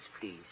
please